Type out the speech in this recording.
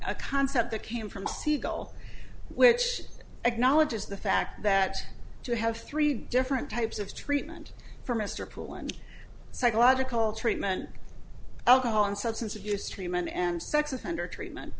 a concept that came from siegel which acknowledges the fact that you have three different types of treatment for mr poole one psychological treatment alcohol and substance abuse treatment and sex offender treatment